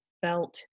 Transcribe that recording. felt